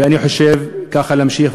ואני חושב שככה צריך להמשיך.